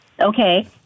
Okay